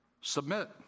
submit